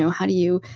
so how do you.